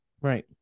Right